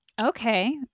Okay